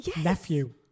nephew